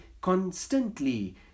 constantly